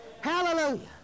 Hallelujah